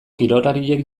kirolariek